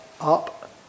up